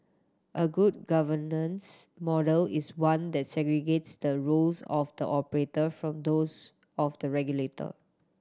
a good governance model is one that segregates the roles of the operator from those of the regulator